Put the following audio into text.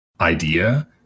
idea